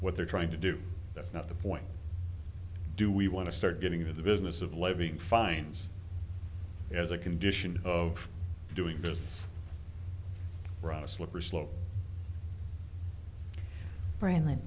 what they're trying to do that's not the point do we want to start getting into the business of living fines as a condition of doing this right a slippery